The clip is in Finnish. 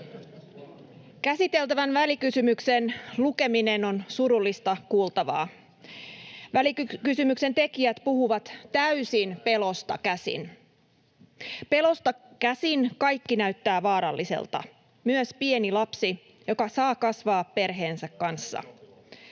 Käsiteltävän välikysymyksen lukeminen on surullista kuultavaa. Välikysymyksen tekijät puhuvat täysin pelosta käsin. Pelosta käsin kaikki näyttää vaaralliselta, myös pieni lapsi, joka saa kasvaa perheensä kanssa.